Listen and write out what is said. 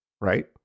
right